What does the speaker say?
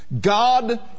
God